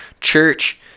Church